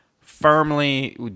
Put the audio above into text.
firmly